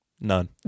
none